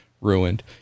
ruined